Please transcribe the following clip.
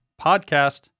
podcast